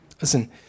Listen